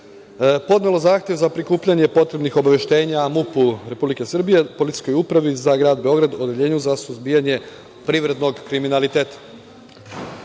podnelo zahtev za prikupljanje potrebnih obaveštenja MUP-u Republike Srbije, Policijskoj upravi za grad Beograd, Odeljenju za suzbijanje privrednog kriminaliteta. Sada